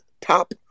top